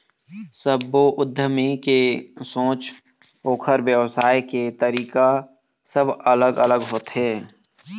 सब्बो उद्यमी के सोच, ओखर बेवसाय के तरीका सब अलग अलग होथे